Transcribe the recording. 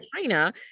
China